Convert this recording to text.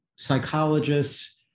psychologists